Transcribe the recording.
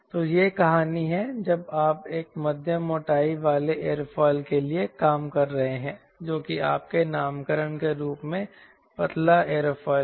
तो यह कहानी है जब आप एक मध्यम मोटाई वाले एयरोफिल के लिए काम कर रहे हैं जो कि आपके नामकरण के रूप में पतला एयरोफिल है